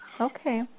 Okay